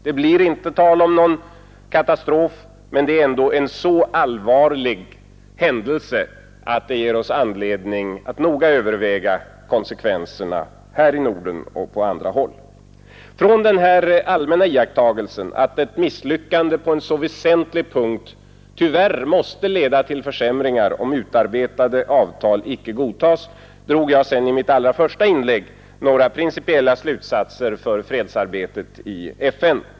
Det blir inte tal om någon katastrof, men det är ändå en så allvarlig händelse att det ger oss anledning att noga överväga konsekvenserna här i Norden och på andra håll. Från denna allmänna iakttagelse att ett misslyckande på en så väsentlig punkt tyvärr måste leda till försämringar, om utarbetade avtal icke godtas, drog jag redan i mitt allra första inlägg några principiella slutsatser för fredsarbetet i FN.